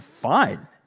fine